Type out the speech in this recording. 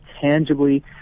tangibly